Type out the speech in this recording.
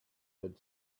had